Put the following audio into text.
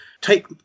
take